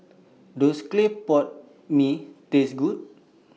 Does Clay Pot Mee Taste Good